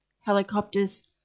helicopters